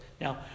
Now